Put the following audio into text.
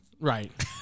Right